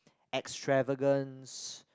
extravagance